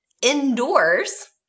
Indoors